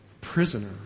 prisoner